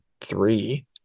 three